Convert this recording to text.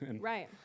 Right